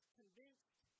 convinced